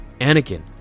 Anakin